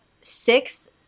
six